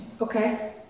Okay